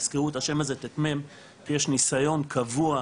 תזכרו את השם הזה ט"מ, יש ניסיון קבוע,